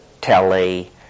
telly